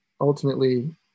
ultimately